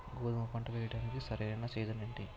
గోధుమపంట వేయడానికి సరైన సీజన్ ఏంటి?